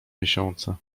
miesiące